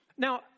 Now